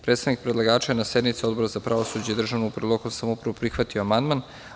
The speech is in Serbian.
Predstavnik predlagača je na sednici Odbora za pravosuđe za državnu upravu i lokalnu samoupravu prihvatio amandman.